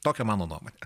tokia mano nuomonė